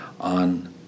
on